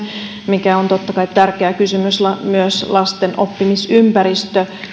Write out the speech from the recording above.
mikä myös on totta kai tärkeä kysymys lasten oppimisympäristö